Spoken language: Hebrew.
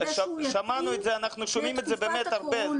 אנחנו שומעים את זה באמת הרבה.